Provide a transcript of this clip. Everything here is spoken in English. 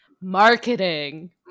marketing